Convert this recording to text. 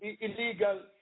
illegal